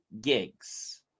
gigs